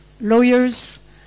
lawyers